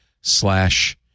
slash